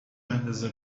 بندازه